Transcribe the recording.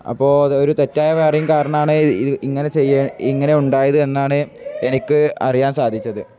അപ്പോൾ അത് ഒരു തെറ്റായ വേറിങ്ങ് കാരണമാണ് ഇത് ഇങ്ങനെ ഇങ്ങനെ ഉണ്ടായത് എന്നാണ് എനിക്ക് അറിയാൻ സാധിച്ചത്